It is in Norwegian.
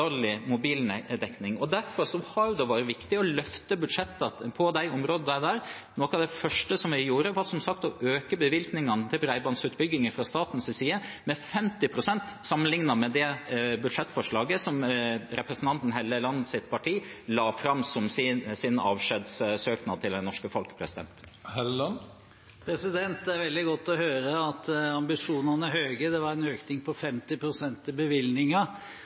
Derfor har det vært viktig å løfte budsjettene på de områdene. Noe av det første jeg gjorde, var som sagt å øke bevilgningene til bredbåndsutbygging fra statens side med 50 pst., sammenlignet med det budsjettforslaget som representanten Hellelands parti la fram som sin avskjedssøknad til det norske folk. Det er veldig godt å høre at ambisjonene er høye. Det var en økning på